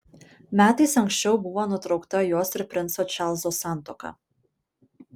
metais anksčiau buvo nutraukta jos ir princo čarlzo santuoka